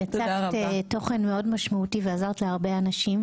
יצקת תוכן מאוד משמעותי ועזרת להרבה אנשים,